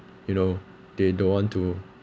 you know they don't want to